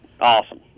awesome